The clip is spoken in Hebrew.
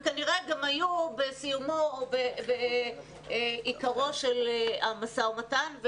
וכנראה גם היו בסיומו או בעיקרו של המשא ומתן.